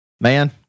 Man